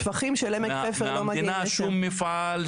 השפכים של עמק חפר לא מגיעים --- מהמדינה שום מפעל,